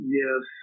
yes